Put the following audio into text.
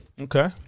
Okay